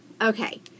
Okay